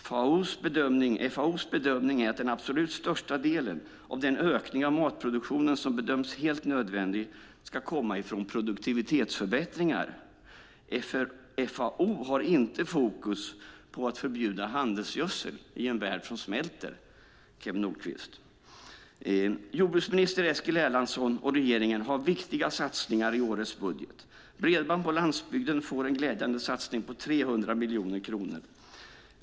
FAO:s bedömning är att den absolut största delen av den ökning av matproduktionen som bedöms helt nödvändig ska komma från produktivitetsförbättringar. FAO har inte fokus på att förbjuda handelsgödsel i en värld som svälter, Kew Nordqvist. Jordbruksminister Eskil Erlandsson och regeringen har viktiga satsningar i årets budget. Bredband på landsbygden får en glädjande satsning på 300 miljoner kronor.